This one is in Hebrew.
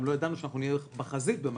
גם לא ידענו שאנחנו נהיה בחזית במגפה.